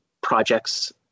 projects